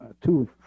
two